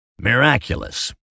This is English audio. Miraculous